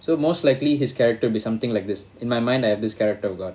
so most likely his character be something like this in my mind I have this character of god